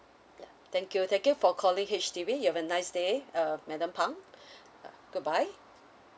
thank you thank you for calling H_D_B you have a nice day uh madam phang uh good bye